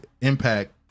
impact